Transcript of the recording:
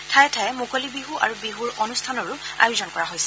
ঠায়ে ঠায়ে মুকলি বিহু আৰু বিহুৰ অনুষ্ঠানৰো আয়োজন কৰা হৈছে